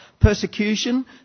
persecution